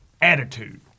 attitude